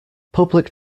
public